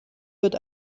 wird